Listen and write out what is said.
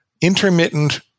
intermittent